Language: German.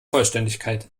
vollständigkeit